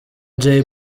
jay